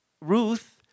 Ruth